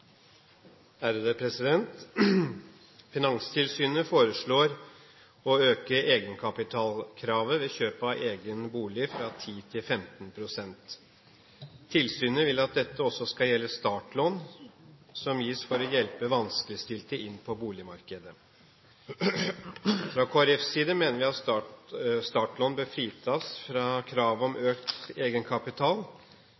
er overført til finansministeren som rette vedkommende. «Finanstilsynet foreslår å øke egenkapitalkravet ved kjøp av egen bolig fra 10 til 15 pst. Tilsynet vil at dette også skal gjelde startlån, som gis for å hjelpe vanskeligstilte inn på boligmarkedet. Kristelig Folkeparti mener at startlån bør fritas for kravet om økt egenkapital, fordi et skjerpet krav